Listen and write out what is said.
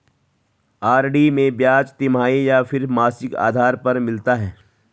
RD में ब्याज तिमाही या फिर मासिक आधार पर मिलता है?